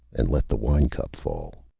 and let the wine-cup fall.